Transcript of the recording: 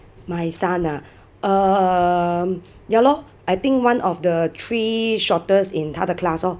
my son ah um ya lor I think one of the three shortest in 他的 class orh